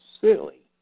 silly